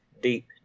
deep